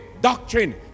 doctrine